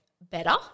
better